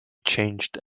changed